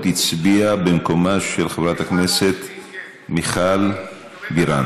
הצביע במקומה של חברת הכנסת מיכל בירן.